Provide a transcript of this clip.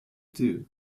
too